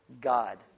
God